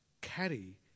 carry